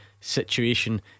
situation